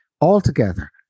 altogether